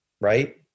Right